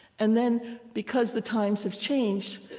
and then because the times have changed,